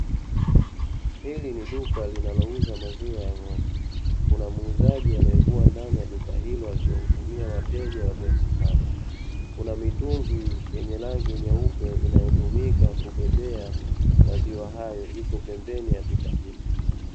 Hili ni duka linalouza maziwa ya ng'ombe. Kuna muuzaji aliyekuwa ndani ya duka hilo akiwahudumia wateja waliosimama. Kuna mitungi yenye rangi nyeupe inayotumika kubebea maziwa hayo, ipo pembeni ya duka hilo.